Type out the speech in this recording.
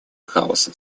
хаоса